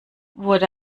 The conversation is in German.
wurde